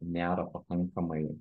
nėra pakankamai